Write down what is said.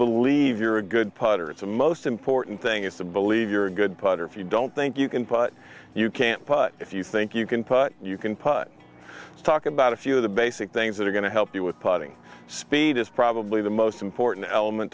believe you're a good putter it's the most important thing is to believe you're a good putter if you don't think you can but you can't but if you think you can you can putt to talk about a few of the basic things that are going to help you with putting speed is probably the most important element